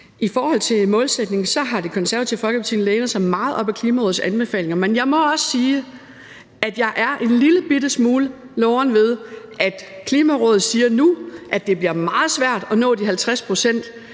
I forhold til målsætning har Det Konservative Folkeparti lænet sig meget op ad Klimarådets anbefalinger. Men jeg må også sige, at jeg er en lillebitte smule loren ved, at Klimarådet nu siger, at det bliver meget svært at nå de 50 pct.